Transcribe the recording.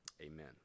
Amen